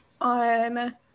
On